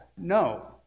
No